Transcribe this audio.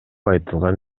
айтылган